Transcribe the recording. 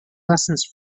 lessons